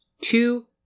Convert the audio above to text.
two